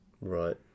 Right